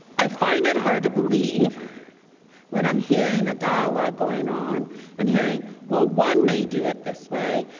i find it hard to believe when i'm hearing a dialogue going on and hearing, well, one may do it this way,